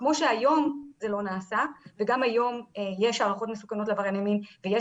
כמו שהיום זה לא נעשה וגם היום יש הערכות מסוכנות לעבריינים ויש